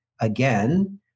again